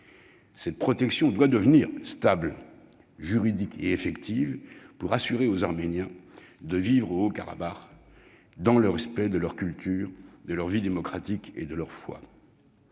Cette protection doit devenir stable, juridique et effective, pour assurer aux Arméniens de vivre au Haut-Karabagh dans le respect de leur culture, de leur vie démocratique et de leur foi.